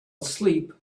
asleep